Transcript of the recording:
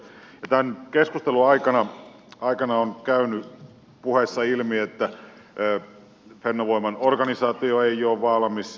ja tämän keskustelun aikana on käynyt puheissa ilmi että fennovoiman organisaatio ei ole valmis